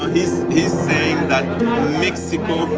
ah he's saying that mexico